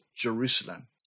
Jerusalem